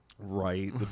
Right